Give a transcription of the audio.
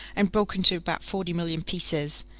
and bruk into about forty millyun pieces.